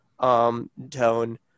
tone